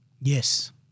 Yes